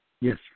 Yes